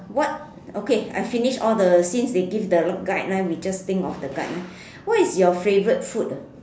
what okay I finish all the since they give the guideline we just think of the guideline what is your favourite food